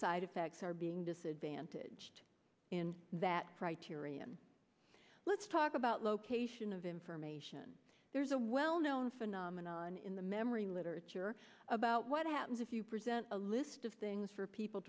side effects are being disadvantaged in that criterion let's talk about location of information there's a well known phenomenon in the memory literature about what happens if you present a list of things for people